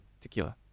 tequila